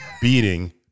beating